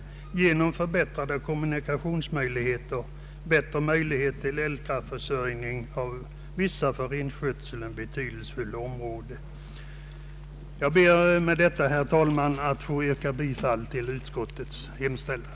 Man får t.ex. förbättrade kommunikationsmöjligheter och bättre elkraftförsörjning i vissa för renskötseln betydelsefulla områden. Med detta, herr talman, ber jag att få yrka bifall till utskottets hemställan.